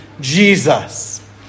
Jesus